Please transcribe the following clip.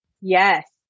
Yes